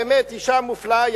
באמת אשה מופלאה,